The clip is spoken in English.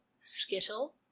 skittle